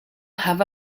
have